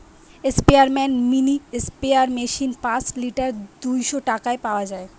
স্পেয়ারম্যান mini sprayer machine পাঁচ litre দুইশ টাকায় পাওয়া যায়